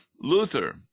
Luther